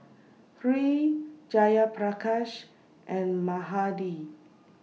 Hri Jayaprakash and Mahade